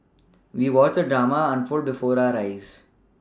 we watched drama unfold before eyes